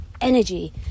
energy